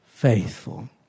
faithful